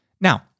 Now